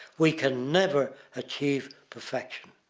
we can never achieve perfection.